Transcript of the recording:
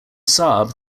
saab